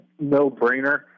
no-brainer